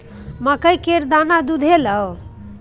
मकइ केर दाना दुधेलौ?